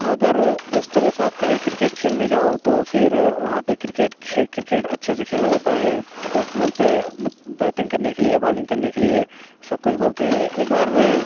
अगर दोस्तों के साथ कहीं किर्केट खेलने जाओ तो फिर वहाँ पर किर्केट खेल किर्केट अच्छे से खेला जाता है दोस्त बोलते हैं मत बैटिंग करने के लिए बाउलिंग करने के लिए सब कोई बोलते हैं एक बार